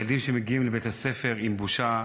ילדים שמגיעים לבית הספר עם בושה,